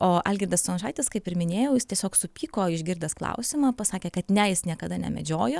o algirdas stončaitis kaip ir minėjau jis tiesiog supyko išgirdęs klausimą pasakė kad ne jis niekada nemedžiojo